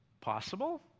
Possible